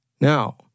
Now